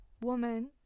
woman